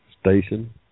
station